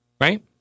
right